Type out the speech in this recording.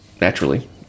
naturally